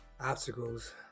obstacles